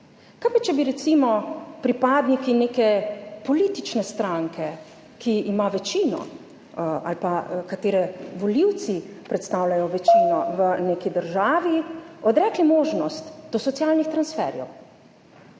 Kaj pa, če bi recimo pripadniki neke politične stranke, ki ima večino ali pa katere volivci predstavljajo večino / znak za konec razprave/ v neki državi, odrekli možnost do socialnih transferjev?